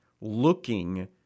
looking